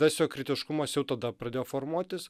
tas jo kritiškumas jau tada pradėjo formuotis